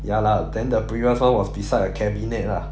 ya lah then the previous [one] was beside a cabinet lah